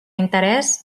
interès